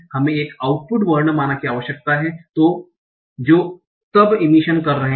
हमें एक आउटपुट वर्णमाला की आवश्यकता है जो तब इमिशन कर रहे हैं